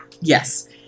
Yes